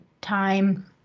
time